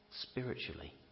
spiritually